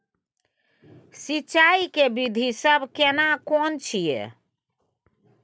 सिंचाई के विधी सब केना कोन छिये?